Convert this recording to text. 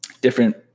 different